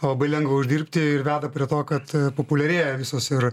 labai lengva uždirbti ir veda prie to kad populiarėja visos ir